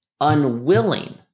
unwilling